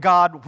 God